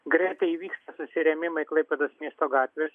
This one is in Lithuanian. greitai įvyksta susirėmimai klaipėdos miesto gatvėse